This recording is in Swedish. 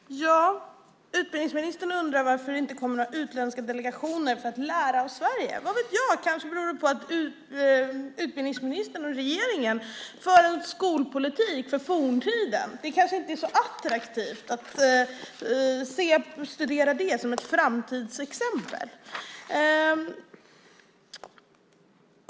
Herr talman! Utbildningsministern undrar varför det inte kommer några utländska delegationer för att lära av Sverige. Vad vet jag? Kanske beror det på att utbildningsministern och regeringen för en skolpolitik för forntiden. Det kanske inte är så attraktivt att studera det som ett framtidsexempel.